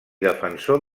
defensor